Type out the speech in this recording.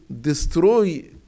destroy